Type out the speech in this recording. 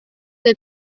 del